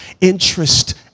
interest